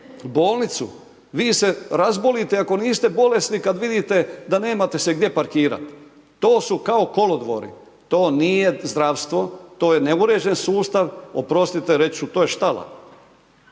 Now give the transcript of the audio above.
bolnicu vi se razbolite ako niste bolesni kad vidite da nemate se gdje parkirat, to su kao kolodvori, to nije zdravstvo, to je neuređen sustav, oprostite reći ću to je štala